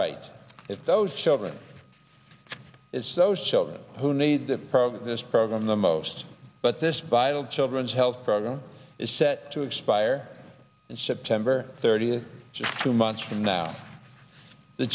right if those children it's those children who need the program this program the most but this vital children's health program is set to expire in september thirtieth so to me since from now the